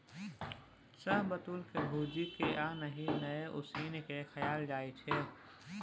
शाहबलुत के भूजि केँ आ नहि तए उसीन के खाएल जाइ छै